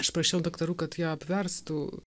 aš prašiau daktarų kad ją apverstų